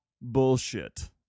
bullshit